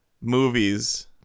movies